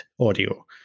audio